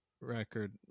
record